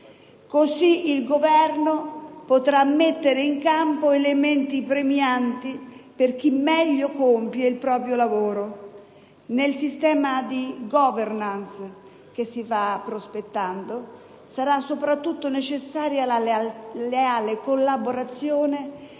Così il Governo potrà mettere in campo elementi premianti per chi meglio compie il proprio lavoro. Nel sistema di *governance* che si va prospettando sarà soprattutto necessaria la leale collaborazione